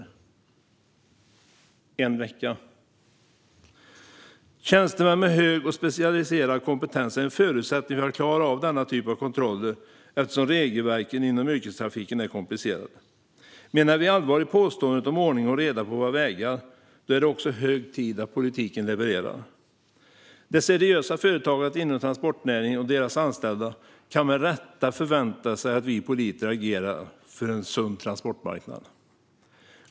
Detta var alltså under en vecka. Tjänstemän med hög och specialiserad kompetens är en förutsättning för att klara av denna typ av kontroller eftersom regelverken inom yrkestrafiken är komplicerade. Menar vi allvar med påståendet om ordning och reda på våra vägar är det hög tid att politiken levererar. De seriösa företagen inom transportnäringen och deras anställda kan med rätta förvänta sig att vi politiker agerar för en sund transportmarknad.